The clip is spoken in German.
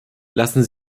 lassen